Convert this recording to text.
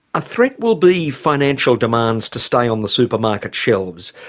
a threat will be financial demands to stay on the supermarket shelves.